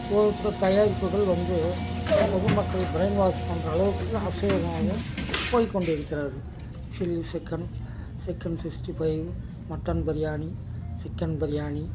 இப்போ தயாரிப்புகள் வந்து பொதுமக்கள் ப்ரைன்வாஷ் பண்ற அளவுக்கு அசைவ உணவகம் போய்க்கொண்டு இருக்கிறது chilli chicken chicken sixty five mutton biryani chicken biryani